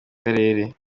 karere